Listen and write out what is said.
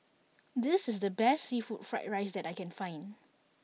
this is the best seafood fried rice that I can find